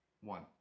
one